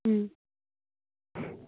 ꯎꯝ